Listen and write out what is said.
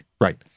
Right